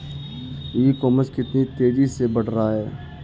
ई commerce कितनी तेजी से बढ़ रहा है?